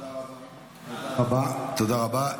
תודה רבה.